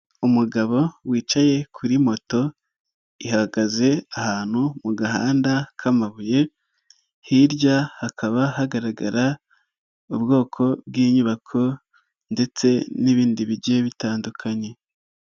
Umugabo wicaye kuri moto ihagaze ahantu mu gahanda k'amabuye hirya hakaba hagaragara ubwoko bw'inyubako ndetse n'ibindi bigiye bitandukanye.